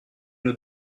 nous